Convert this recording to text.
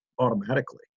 automatically